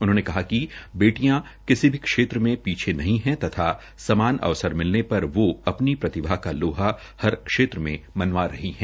उन्होंने कहा कि बेटियां किसी भी क्षेत्र में पीछे नहीं है तथा समान अवसर मिलने पर वो अपनी प्रतिभा का लोहा हर क्षेत्र में मनवा रही है